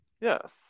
Yes